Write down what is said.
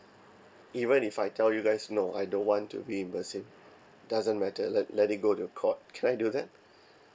even if I tell you guys no I don't want to reimburse him doesn't matter let let it go to the court can I do that